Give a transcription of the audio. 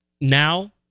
now